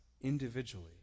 individually